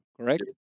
correct